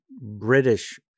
British